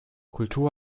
kultur